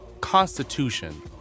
constitution